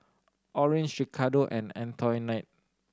Orange Ricardo and Antoinette